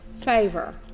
favor